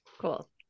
Cool